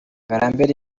ngarambe